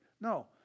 No